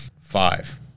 Five